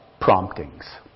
promptings